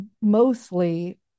mostly